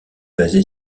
basée